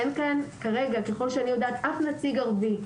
אין כאן כרגע, ככל שאני יודעת, אף נציג ערבי.